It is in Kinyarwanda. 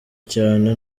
cyane